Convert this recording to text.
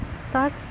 start